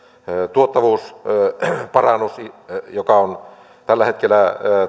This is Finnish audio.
tuottavuusparannus tällä hetkellä